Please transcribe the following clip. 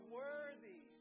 worthy